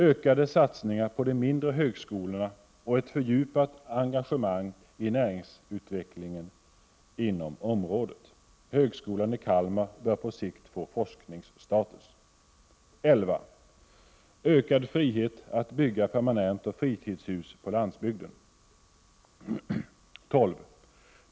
Ökade satsningar på de mindre högskolorna och ett fördjupat engagemang i näringsutvecklingen inom området. Högskolan i Kalmar bör på sikt få forskningsstatus. 12.